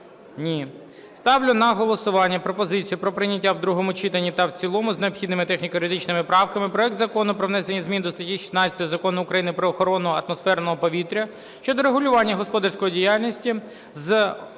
Ні. Ставлю на голосування пропозицію про прийняття в другому читанні та в цілому з необхідними техніко-юридичними правками проект Закону про внесення змін до статті 16 Закону України "Про охорону атмосферного повітря" щодо регулювання господарської діяльності з